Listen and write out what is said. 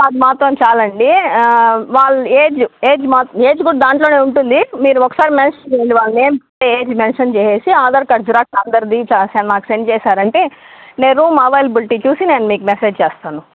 అది మాత్రం చాలండి వాళ్ళ ఏజ్ ఏజ్ మాత్రం ఏజ్ కూడా దాంట్లోనే ఉంటుంది మీరు ఒకసారి మెన్షన్ చేయండి వాళ్ళ నేమ్స్ ఏజ్ మెన్షన్ చేసేసి ఆధార్ కార్డు జిరాక్స్ అందరిది మాకు సెండ్ చేసారంటే నేను రూమ్ అవైల్బిలిటీ చూసి నేను మీకు మెసేజ్ చేస్తాను